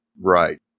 Right